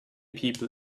people